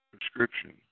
prescription